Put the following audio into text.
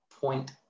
point